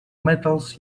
metals